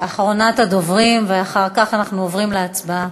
אחרונת הדוברים, ואחר כך אנחנו עוברים להצבעה.